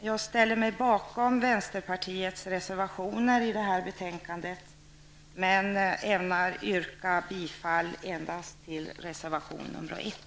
Jag ställer mig bakom vänsterpartiets reservationer i detta betänkande, men jag yrkar endast bifall till reservation 1.